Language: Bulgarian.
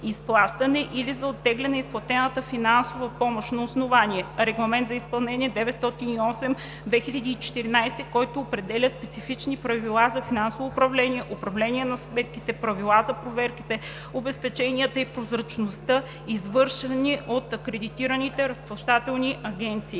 или за оттегляне на изплатената финансова помощ на основание: - Регламент за изпълнение № 908/2014, който определя специфични правила за финансовото управление, управлението на сметките, правилата за проверките, обезпеченията и прозрачността, извършвани от акредитираните Разплащателни агенции;